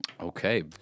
Okay